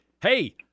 hey